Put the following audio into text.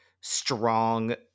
strong